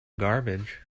garbage